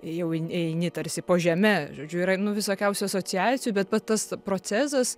jau ein eini tarsi po žeme žodžiu yra nu visokiausių asociacijų bet pa tas procesas